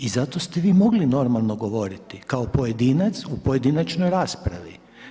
I zato ste vi mogli normalno govoriti, kao pojedinac, u pojedinačnoj raspravi.